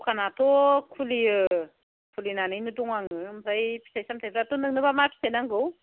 दखानाथ' खुलियो खुलिनानैनो दङ आङो ओमफ्राय फिथाय सामथायफ्राथ' नोंनोबा मा फिथाय नांगौ